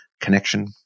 connection